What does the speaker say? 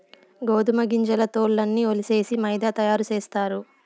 గోదుమ గింజల తోల్లన్నీ ఒలిసేసి మైదా తయారు సేస్తారు